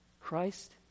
Christ